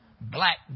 Black